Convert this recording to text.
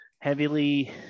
heavily